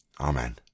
Amen